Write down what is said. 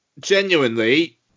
genuinely